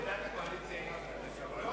עמדת הקואליציה היא להתנגד.